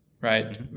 right